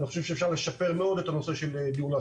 אני חושב שאפשר לשפר מאוד את נושא השכרה